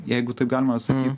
jeigu taip galima sakyt